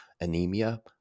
anemia